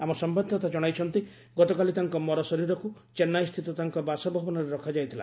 ଆମ ସମ୍ଭାଦଦାତା ଜଣାଇଛନ୍ତି ଗତକାଲି ତାଙ୍କ ମରଶରୀରକୁ ଚେନ୍ନାଇସ୍ଥିତ ତାଙ୍କ ବାସଭବନରେ ରଖାଯାଇଥିଲା